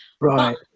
Right